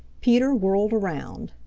peter whirled around.